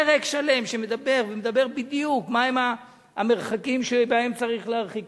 פרק שלם מדבר ואומר בדיוק מה הם המרחקים שצריך להרחיק,